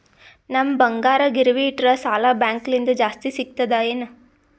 ನಮ್ ಬಂಗಾರ ಗಿರವಿ ಇಟ್ಟರ ಸಾಲ ಬ್ಯಾಂಕ ಲಿಂದ ಜಾಸ್ತಿ ಸಿಗ್ತದಾ ಏನ್?